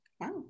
Wow